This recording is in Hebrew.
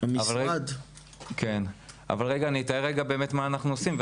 אבל רגע אני אתאר מה אנחנו באמת עושים.